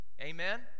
Amen